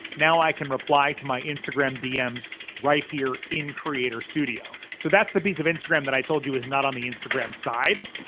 now, i can reply to my instagram dms right here in creator studio. so that's the piece of instagram i told you is not on the instagram side.